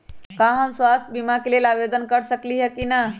का हम स्वास्थ्य बीमा के लेल आवेदन कर सकली ह की न?